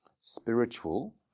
spiritual